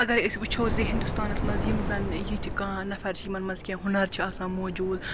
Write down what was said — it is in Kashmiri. اَگَر أسۍ وُچھو زِ ہِنٛدوستانَس مَنٛز یِم زَن یِتھۍ کانٛہہ نَفَر چھِ یِمَن مَنٛز کیٚنٛہہ ہُنَر چھُ آسان موٗجوٗد